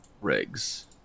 Rigs